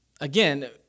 Again